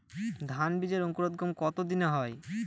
ধান বীজের অঙ্কুরোদগম কত দিনে হয়?